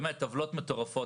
באמת עוולות מטורפות,